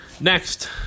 next